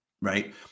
Right